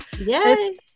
Yes